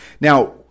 Now